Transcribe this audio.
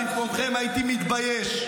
במקומכם הייתי מתבייש,